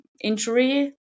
injury